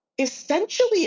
essentially